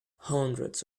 hundreds